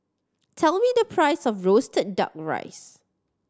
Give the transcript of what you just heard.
tell me the price of roasted Duck Rice